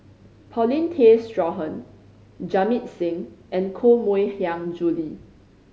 Paulin Tay Straughan Jamit Singh and Koh Mui Hiang Julie